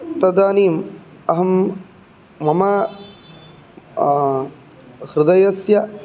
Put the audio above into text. तदानीम् अहं मम हृदयस्य